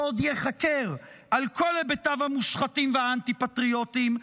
שעוד ייחקר על כל היבטיו המושחתים והאנטי-פטריוטיים,